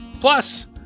Plus